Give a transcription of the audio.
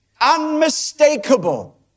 unmistakable